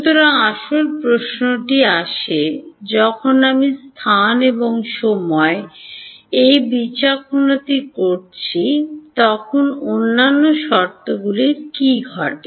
সুতরাং আসল প্রশ্নটি আসে যখন আমি স্থান এবং সময় এই বিচক্ষণতাটি করছি তখন অন্যান্য শর্তগুলির কী ঘটে